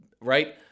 right